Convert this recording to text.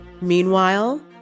Meanwhile